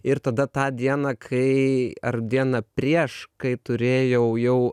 ir tada tą dieną kai ar dieną prieš kai turėjau jau